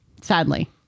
Sadly